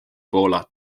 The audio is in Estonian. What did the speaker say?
poola